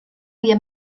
havia